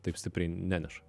taip stipriai neneša